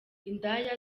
indaya